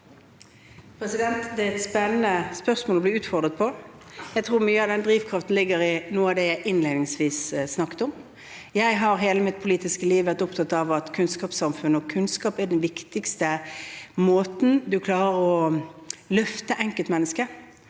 Det er et spennende spørsmål å bli utfordret med. Jeg tror at mye av den drivkraften ligger i noe av det jeg innledningsvis snakket om: Jeg har i hele mitt politiske liv vært opptatt av at kunnskapssamfunnet og kunnskap er den viktigste måten man klarer å løfte enkeltmennesket